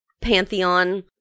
Pantheon